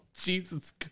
Jesus